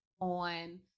on